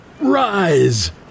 Rise